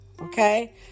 Okay